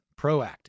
proactive